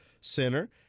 Center